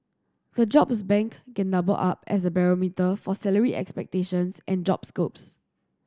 the jobs bank can double up as a barometer for salary expectations and job scopes